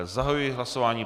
Zahajuji hlasování.